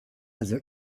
also